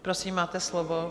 Prosím, máte slovo.